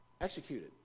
executed